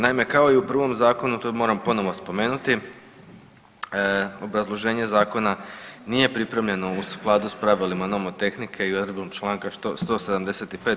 Naime, kao i u prvom zakonu, to moramo ponovo spomenuti, obrazloženje zakona nije pripremljeno u skladu s pravilima nomotehnike i odredbom čl. 175.